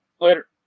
Later